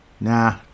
Nah